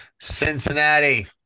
cincinnati